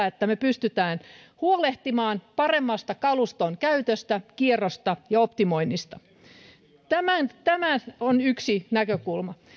että me pystymme huolehtimaan paremmasta kaluston käytöstä kierrosta ja optimoinnista tämä on yksi näkökulma